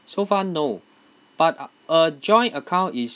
so far no but a joint account is